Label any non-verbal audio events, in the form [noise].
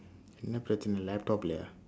[noise] the laptop leh